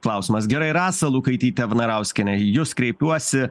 klausimas gerai rasa lukaityte vnarauskiene į jus kreipiuosi